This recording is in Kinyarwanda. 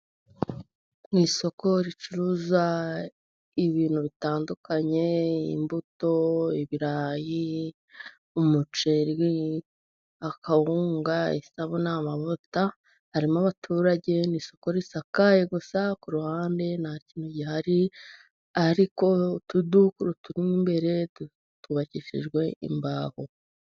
Mu isoko ricuruza ibintu bitandukanye imbuto, ibirayi, umuceri, akawunga, isabune, amavuta. Harimo abaturage ni soko risakaye gusa, ku ruhande nta kintu gihari ariko utuduka turi imbere twubakishijwe imbaho.